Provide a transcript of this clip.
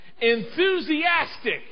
enthusiastic